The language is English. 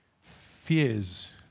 Fears